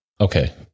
okay